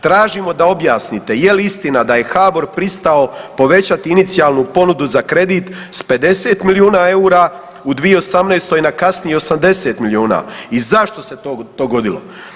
Tražimo da objasnite je li istina da je HBOR pristao povećati inicijalnu ponudu za kredit s 50 milijuna eura u 2018. na kasnijih 80 milijuna i zašto se to dogodilo?